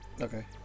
Okay